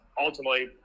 ultimately